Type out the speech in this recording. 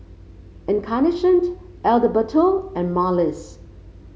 Encarnacion Adalberto and Marlys